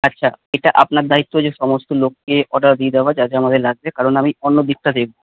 আচ্ছা এটা আপনার দায়িত্ব যে সমস্ত লোককে অর্ডার দিয়ে দেওয়া যা যা আমাদের লাগছে কারণ আমি অন্য দিকটা দেখবো